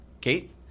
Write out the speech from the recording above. Kate